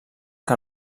que